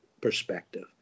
perspective